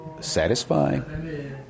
satisfying